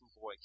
Boy